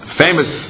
famous